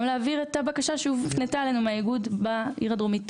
גם להעביר את הבקשה שהועברה אלינו מהאיגוד בקשר לעיר הדרומית.